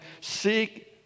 seek